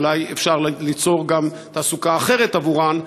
אולי אפשר ליצור גם תעסוקה אחרת עבורן,